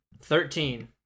Thirteen